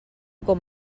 com